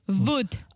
Wood